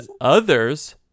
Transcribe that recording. others